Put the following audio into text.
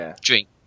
drink